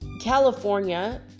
California